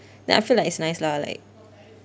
then I feel like it's nice lah like